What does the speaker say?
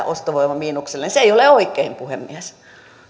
ostovoima miinukselle se ei ole oikein puhemies